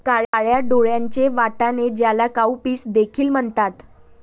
काळ्या डोळ्यांचे वाटाणे, ज्याला काउपीस देखील म्हणतात